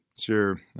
Sure